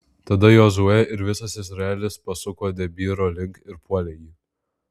tada jozuė ir visas izraelis pasuko debyro link ir puolė jį